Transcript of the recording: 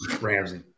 Ramsey